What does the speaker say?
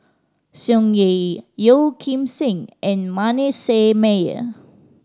Tsung Yeh Yeo Kim Seng and Manasseh Meyer